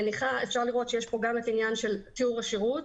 אפשר לראות שיש פה גם העניין של תיאור השירות,